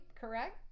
correct